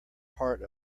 part